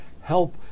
help